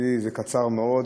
אצלי זה קצר מאוד.